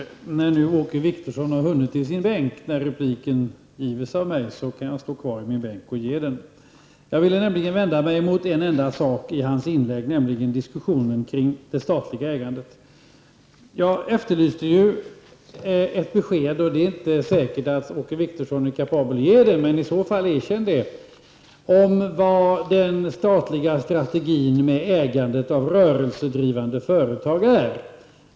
Herr talman! När Åke Wictorsson nu har hunnit till sin bänk kan jag stå kvar i min bänk och ge min replik. Jag vill vända mig mot en enda sak i hans inlägg, nämligen diskussionen kring det statliga ägandet. Jag efterlyste ett besked -- det är inte säkert att Åke Wictorsson är kapabel att ge det, men erkänn i så fall det -- om vad den statliga strategin med ägandet av rörelsedrivande företag är.